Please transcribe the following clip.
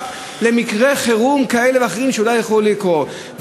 למקרי חירום כאלה ואחרים שאולי יכולים לקרות.